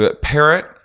Parrot